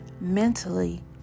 mentally